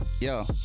yo